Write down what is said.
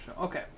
Okay